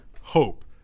hope